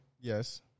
Yes